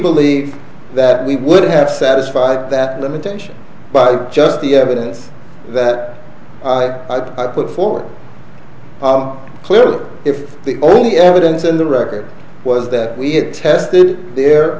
believe that we would have satisfied that limitation but just the evidence that i put forward clearly if the only evidence in the record was that we had tested their